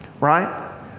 right